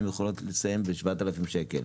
הן יכולות לסיים בשבעה אלף שקל,